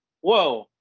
whoa